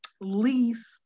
lease